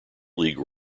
league